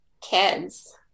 kids